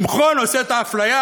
שמחון עושה את האפליה.